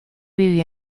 vivió